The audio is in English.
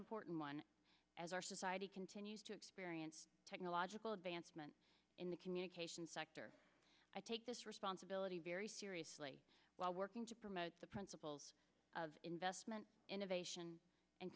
te as our society continues to experience technological advancement in the communications i take this responsibility very seriously while working to promote the principles of investment innovation and